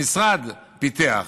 המשרד פיתח,